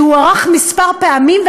שהוארך פעמים מספר,